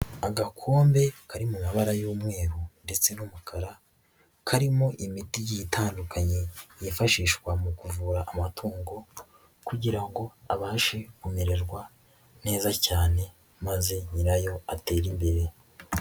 Agakombe kari mu mabara y'umweru ndetse n'umukara, karimo imiti igiye itandukanye yifashishwa mu kuvura amatungo kugira ngo abashe kumererwa neza cyane maze nyirayo atere imbere.